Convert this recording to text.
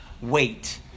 wait